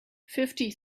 fifty